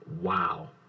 Wow